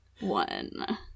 one